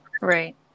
Right